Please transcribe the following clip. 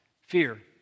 fear